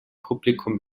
publikum